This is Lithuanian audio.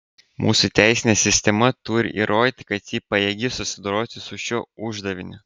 mūsų teisinė sistema turi įrodyti kad ji pajėgi susidoroti su šiuo uždaviniu